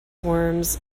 worms